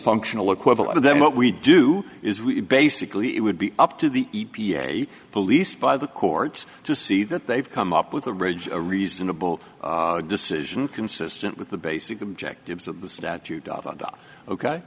functional equivalent of then what we do is basically it would be up to the e p a policed by the courts to see that they've come up with a bridge a reasonable decision consistent with the basic objectives of the statute ok